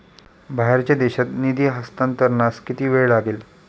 बाहेरच्या देशात निधी हस्तांतरणास किती वेळ लागेल?